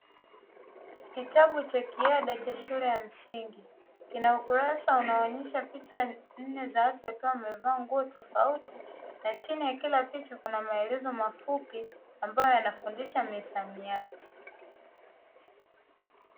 Kitabu cha kiada cha shule ya msingi, kina ukurasa unaoonyesha picha nne za watu wakiwa wamevaa nguo tofauti, na chini ya kila picha kuna maelezo mafupi ambayo yanafundisha misamiati.